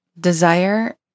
desire